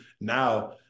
now